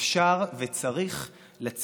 אתם לא חייבים להבין את זה,